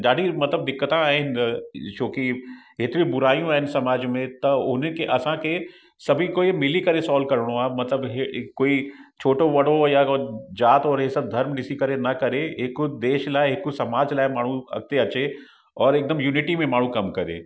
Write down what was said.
ॾाढी मतिलबु दिक्कत आहे ऐं छो की हेतिरियूं बुरायूं आहिनि समाज में त उन खे असांखे सभी कोई मिली करे सॉल्व करिणो आहे मतिलबु इहे कोई छोटो वॾो या ज़ाति और हे सभु धर्म ॾिसी करे न करे एक देश लाइ हिकु समाज लाइ माण्हूं अॻिते अचे और एकदम यूनीटी में माण्हूं कम करे